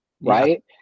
right